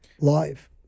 live